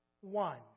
one